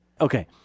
Okay